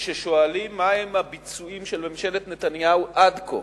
כששואלים מהם הביצועים של ממשלת נתניהו עד כה,